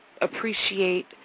appreciate